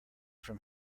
from